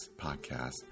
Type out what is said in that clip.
podcast